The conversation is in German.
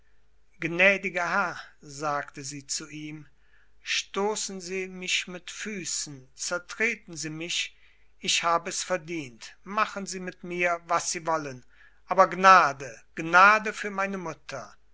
gnädiger herr sagte sie zu ihm stoßen sie mich mit füßen zertreten sie mich ich hab es verdient machen sie mit mir was sie wollen aber gnade gnade für meine mutter